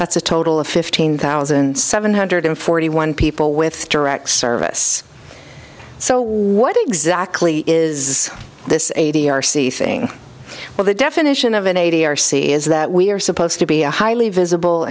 that's a total of fifteen thousand seven hundred forty one people with direct service so what exactly is this eighty r c thing well the definition of an a d r c is that we are supposed to be a highly visible